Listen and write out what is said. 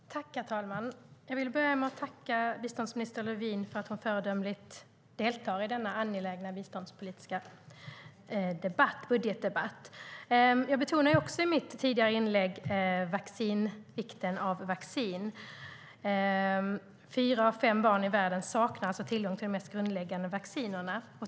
STYLEREF Kantrubrik \* MERGEFORMAT Internationellt biståndJag betonade också vikten av vaccin i mitt tidigare inlägg. Fyra av fem barn i världen saknar alltså tillgång till de mest grundläggande vaccinerna.